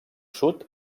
sud